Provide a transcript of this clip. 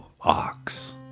ox